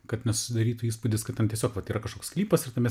kad nesusidarytų įspūdis kad ten tiesiog vat yra kažkoks sklypas ir tame